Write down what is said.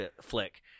flick